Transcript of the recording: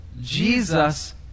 Jesus